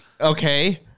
Okay